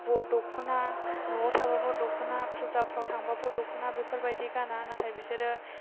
दख'ना न'आव थाबाबो दख'ना फुजाफ्राव थांबाबो दख'ना बेफोरबायदि गाना नाथाय बिसोरो